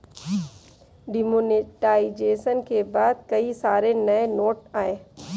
demonetisation के बाद कई सारे नए नोट आये